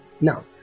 now